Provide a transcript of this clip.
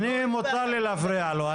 לי מותר להפריע לו.